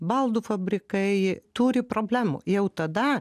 baldų fabrikai turi problemų jau tada